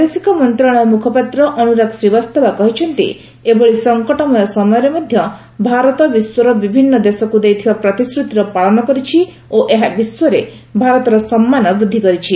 ବୈଦେଶିକ ମନ୍ତ୍ରଣାଳୟ ମୁଖପାତ୍ର ଅନୁରାଗ ଶ୍ରୀବାସ୍ତବା କହିଛନ୍ତି ଏଭଳି ସଂକଟମୟ ସମୟରେ ମଧ୍ୟ ଭାରତ ବିଶ୍ୱର ବିଭିନ୍ନ ଦେଶକୁ ଦେଇଥିବା ପ୍ରତିଶ୍ରୁତିର ପାଳନ କରିଛି ଓ ଏହା ବିଶ୍ୱରେ ଭାରତର ସମ୍ମାନ ବୃଦ୍ଧି କରିଛି